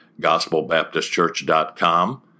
gospelbaptistchurch.com